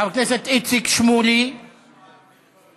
חבר הכנסת איציק שמולי, ואחריו,